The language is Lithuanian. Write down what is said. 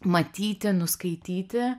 matyti nuskaityti